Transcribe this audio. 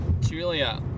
Julia